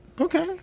Okay